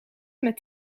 met